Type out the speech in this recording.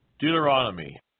Deuteronomy